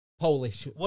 Polish